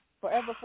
Forever